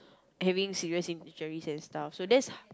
having serious injuries and stuff so that's